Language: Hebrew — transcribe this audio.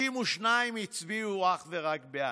רק 32 הצביעו בעד.